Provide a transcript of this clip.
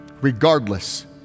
regardless